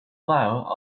flour